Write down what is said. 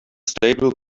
stable